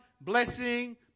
blessing